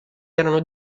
erano